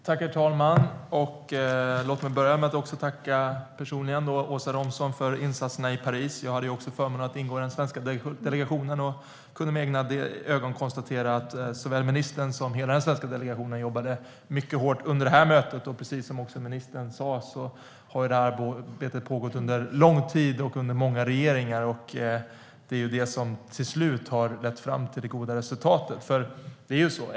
Herr talman! Jag tackar personligen Åsa Romson för insatserna i Paris. Jag hade också förmånen att ingå i den svenska delegationen och kunde med egna ögon konstatera att såväl ministern som hela den svenska delegationen jobbade mycket hårt under mötet. Precis som ministern sa har det här arbetet pågått under lång tid och under många regeringar, och det är det som till slut har lett fram till det goda resultatet.